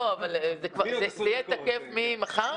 אבל זה יהיה תקף ממחר?